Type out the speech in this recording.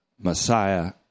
Messiah